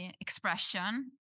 expression